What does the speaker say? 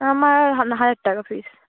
আমার হাজার টাকা ফিস